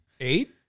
eight